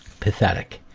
pathetic.